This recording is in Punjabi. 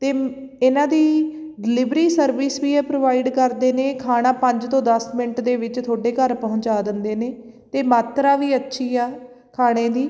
ਅਤੇ ਇਹਨਾਂ ਦੀ ਡਿਲੀਵਰੀ ਸਰਵਿਸ ਵੀ ਇਹ ਪ੍ਰੋਵਾਈਡ ਕਰਦੇ ਨੇ ਖਾਣਾ ਪੰਜ ਤੋਂ ਦਸ ਮਿੰਟ ਦੇ ਵਿੱਚ ਤੁਹਾਡੇ ਘਰ ਪਹੁੰਚਾ ਦਿੰਦੇ ਨੇ ਅਤੇ ਮਾਤਰਾ ਵੀ ਅੱਛੀ ਆ ਖਾਣੇ ਦੀ